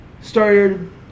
started